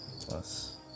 plus